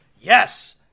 Yes